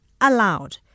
allowed